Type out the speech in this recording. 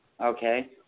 Okay